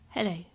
Hello